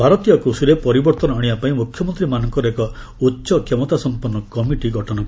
ଭାରତୀୟ କୃଷିରେ ପରିବର୍ତ୍ତନ ଆଶିବା ପାଇଁ ମୁଖ୍ୟମନ୍ତ୍ରୀମାନଙ୍କର ଏକ ଉଚ୍ଚକ୍ଷମତା ସମ୍ପନ୍ଧ କମିଟି ଗଠନ କରାଯାଇଛି